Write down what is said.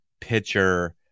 pitcher